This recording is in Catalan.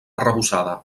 arrebossada